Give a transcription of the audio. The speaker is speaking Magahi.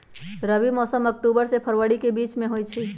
रबी मौसम अक्टूबर से फ़रवरी के बीच में होई छई